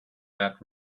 that